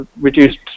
reduced